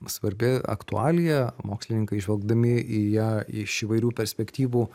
svarbi aktualija mokslininkai žvelgdami į ją iš įvairių perspektyvų